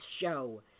show